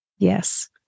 Yes